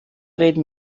reden